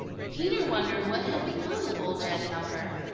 peter wondered what had become of old jed thumper.